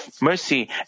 mercy